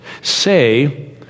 Say